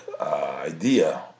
idea